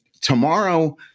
tomorrow